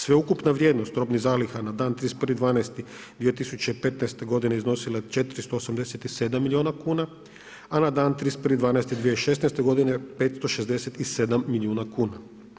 Sveukupna vrijednost robnih zaliha na dan 31.12.2015. g. iznosila je 487 milijuna kn, a na dan 31.12.2016. g. 567 milijuna kn.